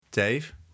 Dave